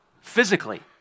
physically